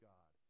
God